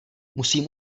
musím